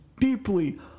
deeply